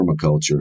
permaculture